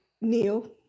Neil